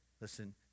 Listen